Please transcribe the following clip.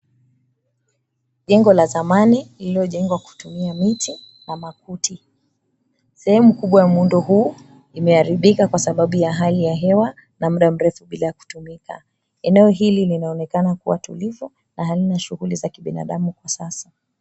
Jengo la zamani lililojengwa kutumia miti na makuti. Sehemu kubwa ya muundo huu imeharibika kwa sababu ya hali ya hewa na muda mrefu bila kutumika. Eneo hili linaonekana kuwa tulivu na halina shughuli za kibinadamu kwa sasa.